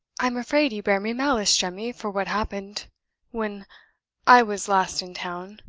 i'm afraid you bear me malice, jemmy, for what happened when i was last in town.